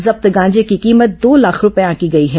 जब्त गांजे की कीमत दो लाख रूपये आंकी गई है